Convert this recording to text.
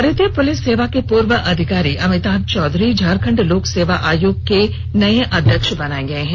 भारतीय पुलिस सेवा के पूर्व अधिकारी अमिताभ चौधरी झारखंड लोक सेवा आयोग के नए अध्यक्ष बनाए गए हैं